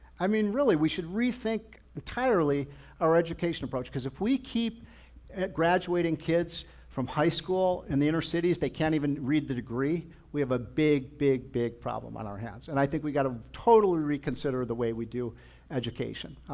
i mean, really we should rethink entirely our education approach because if we keep at graduating kids from high school in the inner cities, they can't even read the degree. we have a big, big, big problem on our hands and i think we've got to totally reconsider the way we do education.